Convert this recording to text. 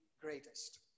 greatest